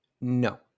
No